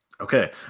Okay